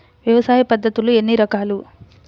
వ్యవసాయ పద్ధతులు ఎన్ని రకాలు?